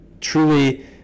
truly